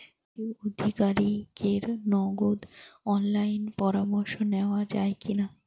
কৃষি আধিকারিকের নগদ অনলাইন পরামর্শ নেওয়া যায় কি না?